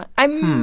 i'm.